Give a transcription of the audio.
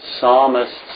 psalmist's